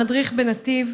המדריך בנתיב,